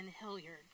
Hilliard